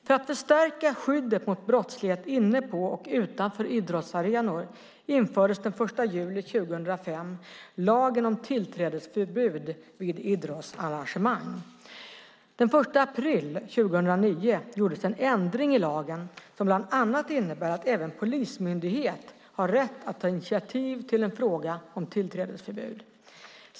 För att förstärka skyddet mot brottslighet inne på och utanför idrottsarenor infördes den 1 juli 2005 lagen om tillträdesförbud vid idrottsarrangemang. Den 1 april 2009 gjordes en ändring i lagen som bland annat innebär att även polismyndighet har rätt att ta initiativ till en fråga om tillträdesförbud.